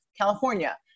California